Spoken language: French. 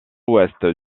ouest